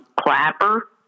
Clapper